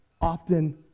often